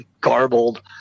garbled